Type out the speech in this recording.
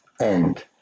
end